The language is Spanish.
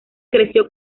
creció